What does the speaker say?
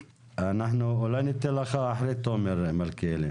אולי ניתן לך אחרי תומר, מלכיאלי.